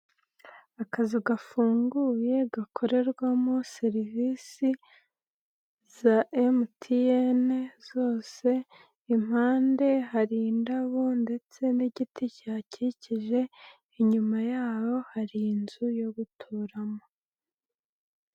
Akazu gafunguye gakorerwamo serivisi za MTN zose, impande hari indabo ndetse n'igiti cyihakikije inyuma yaho hari inzu yo guturamo.